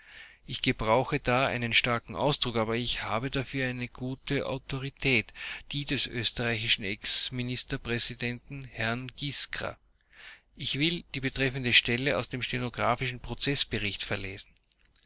ich gebrauche da einen starken ausdruck aber ich habe dafür eine gute autorität die des österreichischen exministerpräsidenten herrn giskra ich will die betreffende stelle aus dem stenographischen prozeßbericht verlesen